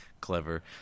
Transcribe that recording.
clever